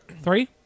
three